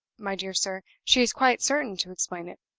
my dear sir, she is quite certain to explain it!